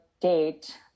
date